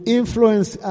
influence